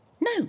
No